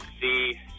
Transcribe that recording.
see